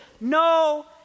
no